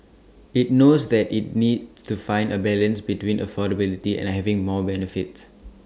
IT knows that IT needs to find A balance between affordability and having more benefits